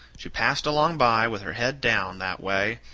she passed along by, with her head down, that way,